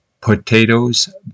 potatoes